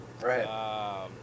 right